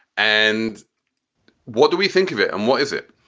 and what do we think of it? and what is it?